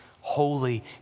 holy